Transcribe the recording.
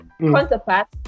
counterpart